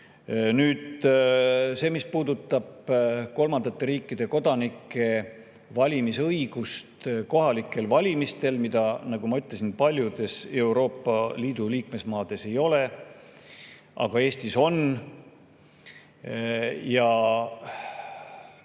vastu. See, mis puudutab kolmandate riikide kodanike valimisõigust kohalikel valimistel, mida – nagu ma ütlesin – paljudes Euroopa Liidu liikmesmaades ei ole, aga Eestis on,